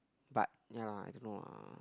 but ya lor I don't know lah